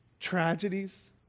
Tragedies